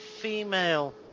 female